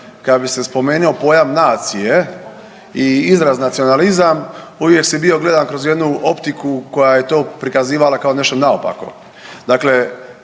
kada bi se spomenuo pojam nacije i izraz nacionalizam uvijek si bio gledan kroz jednu optiku koja je to prikazivala kao nešto naopako.